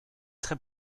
très